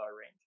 range